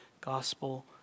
Gospel